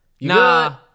Nah